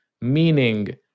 meaning